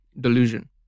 delusion